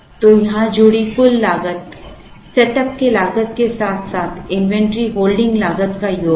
तो यहां जुड़ी कुल लागत सेटअप लागत के साथ साथ इन्वेंट्री होल्डिंग लागत का योग है